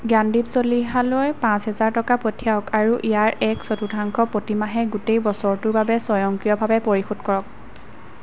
জ্ঞানদীপ চলিহালৈ পাঁচ হেজাৰ টকা পঠিয়াওক আৰু ইয়াৰ এক চতুৰ্থাংশ প্ৰতিমাহে গোটেই বছৰটোৰ বাবে স্বয়ংক্ৰিয়ভাৱে পৰিশোধ কৰক